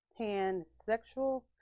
pansexual